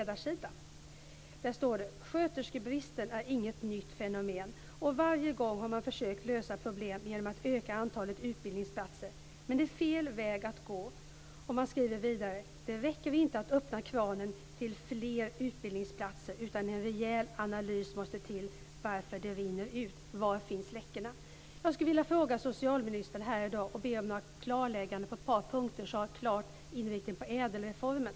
Där står det följande: "- sjuksköterskebristen är inget nytt fenomen och varje gång har man försökt lösa problemet genom att öka antalet utbildningsplatser." Man skriver vidare: "Men - det är fel väg. Det räcker inte att öppna kranen utan en rejäl analys av varför det rinner ut. Var finns läckorna?" Jag skulle vilja be socialministern om klarlägganden på ett par punkter med klar inriktning mot ädelreformen.